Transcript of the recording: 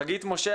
חגית משה,